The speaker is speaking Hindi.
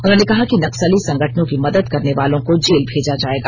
उन्होंने कहा कि नक्सली संगठनों की मदद करने वालों को जेल भेजा जाएगा